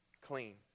clean